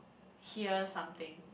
hear something